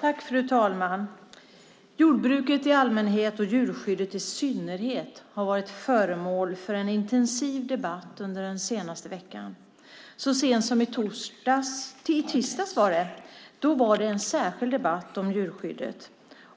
Fru ålderspresident! Jordbruket i allmänhet och djurskyddet i synnerhet har varit föremål för en intensiv debatt under den senaste veckan. Så sent som i tisdags var det en aktuell debatt om djurskyddet,